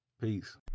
Peace